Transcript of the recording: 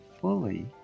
fully